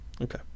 Okay